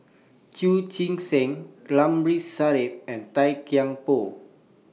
Chu Chee Seng Ramli Sarip and Tan Kian Por